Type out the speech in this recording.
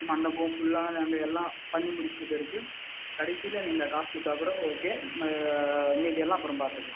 மண்டபம் ஃபுல்லாக நாங்கள் எல்லாம் பண்ணி முடிச்சுட்டு பிறகு கடைசியில் நீங்கள் காசு கொடுத்தா கூட ஓகே ம மீதியெல்லாம் அப்புறம் பார்த்துக்கலாம்